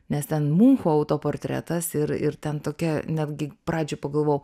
nes ten muncho autoportretas ir ir ten tokia netgi pradžioj pagalvojau